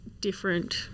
different